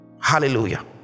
hallelujah